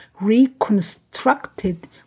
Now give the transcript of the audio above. reconstructed